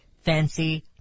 fancy